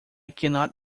cannot